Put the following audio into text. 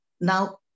Now